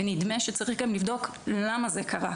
ונדמה שצריך גם לבדוק למה זה קרה.